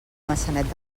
maçanet